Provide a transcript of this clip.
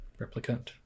replicant